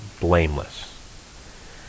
blameless